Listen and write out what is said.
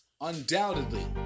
Undoubtedly